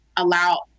allow